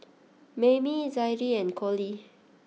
Maymie Zadie and Coley